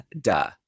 duh